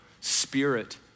spirit